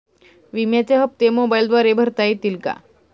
विम्याचे हप्ते मोबाइलद्वारे भरता येतील का?